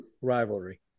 rivalry